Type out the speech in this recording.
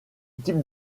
type